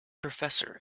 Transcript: professor